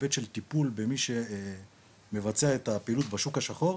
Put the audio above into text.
בהיבט של טיפול במי שמבצע את הפעילות בשוק השחור,